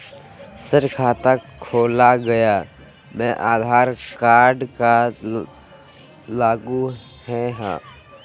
Sir खाता खोला गया मैं आधार कार्ड को लागू है हां?